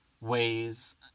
ways